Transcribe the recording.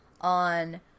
on